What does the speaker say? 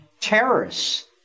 terrorists